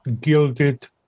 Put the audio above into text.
gilded